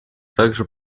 также